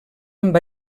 amb